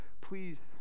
Please